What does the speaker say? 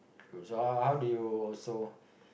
true so how do you also